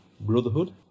Brotherhood